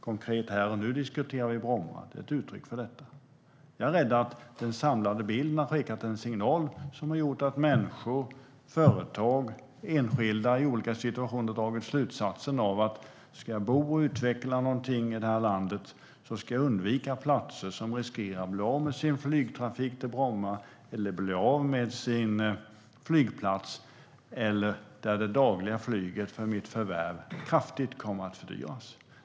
Konkret här och nu diskuterar vi Bromma. Det är ett uttryck för detta. Jag är rädd att den samlade bilden har skickat en signal som har gjort att företag och enskilda i olika situationer dragit slutsatsen: Ska jag bo och utveckla någonting i det här landet ska jag undvika platser som riskerar att bli av med sin flygtrafik till Bromma eller att det dagliga flyget för mitt förvärv kraftigt kommer att fördyras.